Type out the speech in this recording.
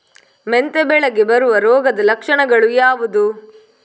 ಮೆಂತೆ ಬೆಳೆಗೆ ಬರುವ ರೋಗದ ಲಕ್ಷಣಗಳು ಯಾವುದು?